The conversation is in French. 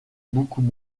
beaucoup